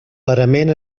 parament